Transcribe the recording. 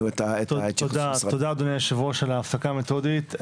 תודה אדוני היושב ראש על ההפסקה המתודית.